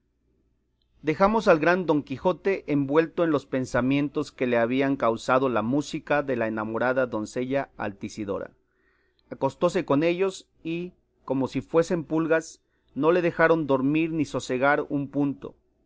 dejamos al gran don quijote envuelto en los pensamientos que le habían causado la música de la enamorada doncella altisidora acostóse con ellos y como si fueran pulgas no le dejaron dormir ni sosegar un punto